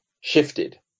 shifted